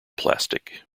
plastic